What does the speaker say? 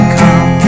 come